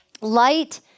Light